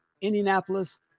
Indianapolis